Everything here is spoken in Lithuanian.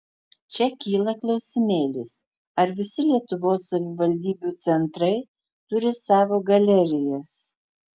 čia kyla klausimėlis ar visi lietuvos savivaldybių centrai turi savo galerijas